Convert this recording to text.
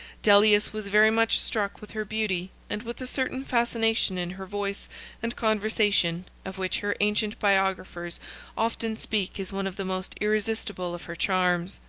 dellius was very much struck with her beauty and with a certain fascination in her voice and conversation, of which her ancient biographers often speak as one of the most irresistible of her charms.